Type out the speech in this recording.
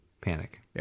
Panic